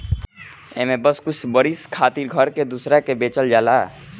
एमे बस कुछ बरिस खातिर घर के दूसरा के बेचल जाला